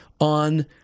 on